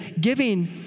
Giving